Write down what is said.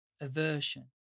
aversion